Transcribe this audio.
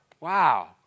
Wow